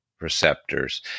receptors